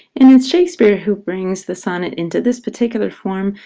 and it's shakespeare who brings the sonnet into this particular form.